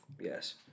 Yes